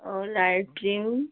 और लायट्रिंग